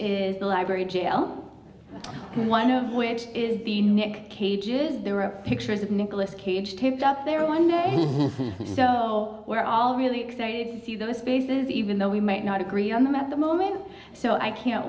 is the library jail one of which is the nick cage is there are pictures of nicholas cage taped up there one day so we're all really excited to see those faces even though we might not agree on them at the moment so i